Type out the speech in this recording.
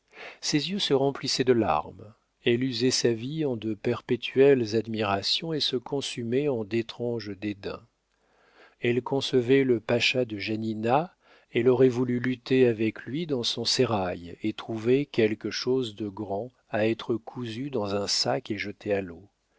ses yeux se remplissaient de larmes elle usait sa vie en de perpétuelles admirations et se consumait en d'étranges dédains elle concevait le pacha de janina elle aurait voulu lutter avec lui dans son sérail et trouvait quelque chose de grand à être cousue dans un sac et jetée à l'eau